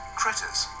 critters